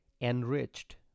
enriched